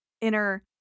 inner